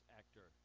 actor